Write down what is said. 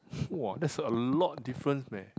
whoa that's a lot difference man